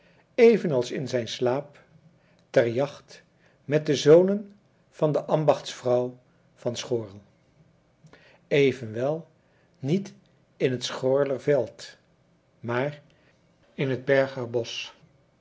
als in zijn slaap ter jacht met de zonen van de ambachtsvrouw van schoorl evenwel niet in het schoorler veld maar in het berger bosch